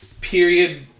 period